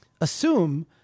assume